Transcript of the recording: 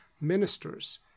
ministers